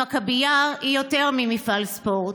המכבייה היא יותר ממפעל ספורט,